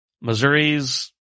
Missouri's